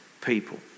people